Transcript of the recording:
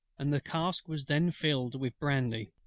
and the cask was then filled with brandy.